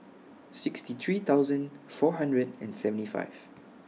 sixty three thousand four hundred and seventy five